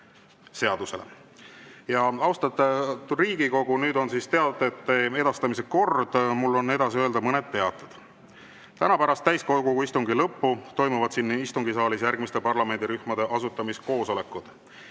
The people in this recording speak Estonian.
Ja, austatud Riigikogu, nüüd on teadete edastamise kord. Mul on edasi öelda mõned teated. Täna pärast täiskogu istungi lõppu toimuvad siin istungisaalis järgmiste parlamendirühmade asutamiskoosolekud: